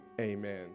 Amen